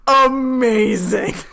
Amazing